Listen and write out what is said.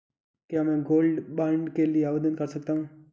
क्या मैं gold bond के लिए आवेदन कर सकता हूं?